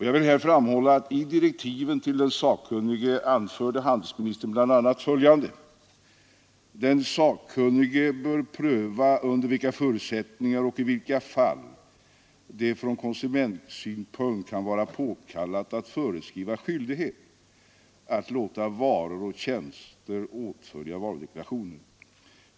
Jag vill här framhålla att handelsministern i direktiven till den sakkunnige bl.a. skrev följande: ”Den sakkunnige bör pröva under vilka förutsättningar och i vilka fall det från konsumentsynpunkt kan vara påkallat att föreskriva skyldighet att låta varor och tjänster åtfölja varudeklarationer.